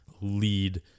lead